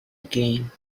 again